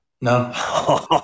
No